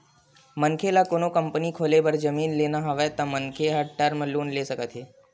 मनखे ल कोनो कंपनी खोले बर जमीन लेना हवय त मनखे ह टर्म लोन ले सकत हे